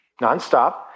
nonstop